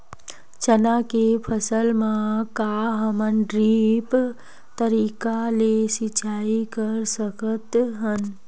चना के फसल म का हमन ड्रिप तरीका ले सिचाई कर सकत हन?